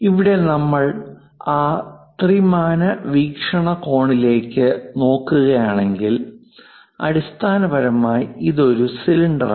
ഇവിടെ നമ്മൾ ആ ത്രിമാന വീക്ഷണകോണിലേക്ക് നോക്കുകയാണെങ്കിൽ അടിസ്ഥാനപരമായി ഇത് ഒരു സിലിണ്ടറാണ്